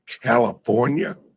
California